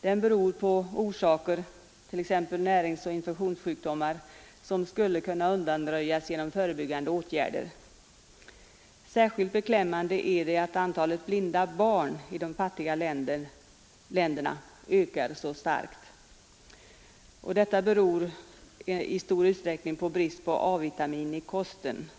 Den beror på orsaker — t.ex. näringsbrist och infektionssjukdomar — som skulle kunna undanröjas genom förebyggande åtgärder. Särskilt beklämmande är att antalet blinda barn i de fattiga länderna ökar så starkt, och detta beror i stor utsträckning på brist på A-vitamin i kosten.